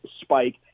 spike